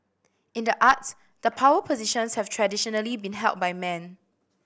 in the arts the power positions have traditionally been held by men